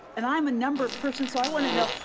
and i'm a numbers person so i want to know,